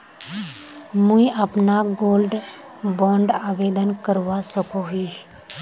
मुई अपना gold bond आवेदन करवा सकोहो ही?